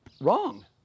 wrong